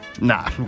Nah